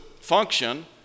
function